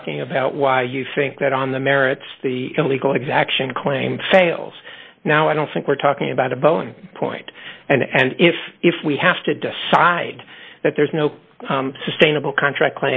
talking about why you think that on the merits the illegal exaction claim fails now i don't think we're talking about a bonus point and if if we have to decide that there's no sustainable contract